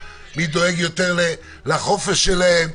מי דואג יותר לחופש שלהם.